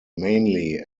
mainly